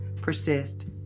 persist